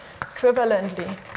equivalently